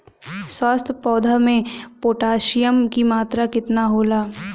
स्वस्थ पौधा मे पोटासियम कि मात्रा कितना होला?